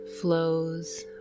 flows